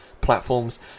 platforms